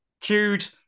queued